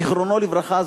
זיכרונו לברכה,